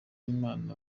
b’imana